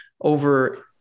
over-